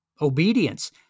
obedience